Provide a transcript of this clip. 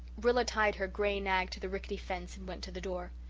rilla tied her grey nag to the rickety fence and went to the door.